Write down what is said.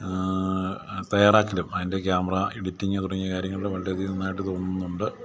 തയ്യാറാക്കലും അതിൻ്റെ camera editing തുടങ്ങിയ കാര്യങ്ങളിൽ വളരെ അധികം നന്നായിട്ട് തോന്നുന്നുണ്ട്